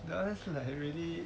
ya that's like already